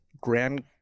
grand